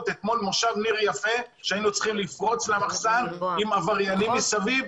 אתמול במושב ניר יפה בו היינו צריכים לפרוץ למחסן עם עבריינים מסביב?